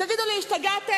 תגידו לי, השתגעתם?